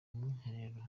umwiherero